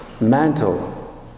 mantle